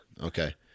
okay